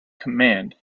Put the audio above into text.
command